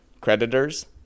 creditors